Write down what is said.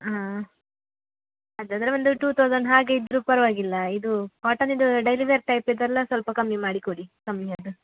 ಹಾಂ ಹಾಗಾದ್ರೆ ಒಂದು ಟೂ ತೌಝಂಡ್ ಹಾಗೆ ಇದ್ದರೂ ಪರವಾಗಿಲ್ಲ ಇದು ಕಾಟನದು ಡೈಲಿ ವೇರ್ ಟೈಪ್ ಇದೆಲ್ಲ ಸ್ವಲ್ಪ ಕಮ್ಮಿ ಮಾಡಿಕೊಡಿ ಕಮ್ಮಿಯದು